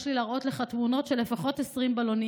יש לי להראות לך תמונות של לפחות 20 בלונים,